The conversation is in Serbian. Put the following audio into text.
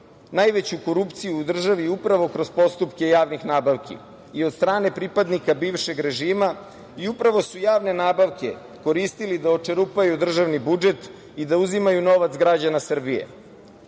najveću korupciju u državi upravo kroz postupke javnih nabavki i od strane pripadnika bivšeg režima, i upravo su javne nabavke koristili da očerupaju državni budžet i da uzimaju novac građana Srbije. Mislim